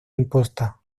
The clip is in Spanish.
imposta